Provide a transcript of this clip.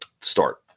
Start